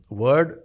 word